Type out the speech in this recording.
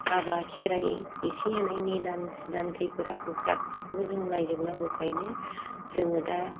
हाबा खेराय एसे एनै निदान सिदान खैफोद आफोद गासैखौबो जों नायजोबनांगौखायनो जोङो दा